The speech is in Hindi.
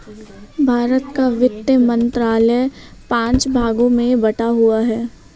भारत का वित्त मंत्रालय पांच भागों में बटा हुआ है